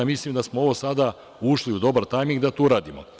Mislim da smo sada ušli u dobar tajming da to uradimo.